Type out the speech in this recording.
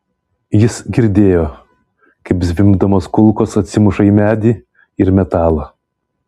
jis girdėjo kaip zvimbdamos kulkos atsimuša į medį ir metalą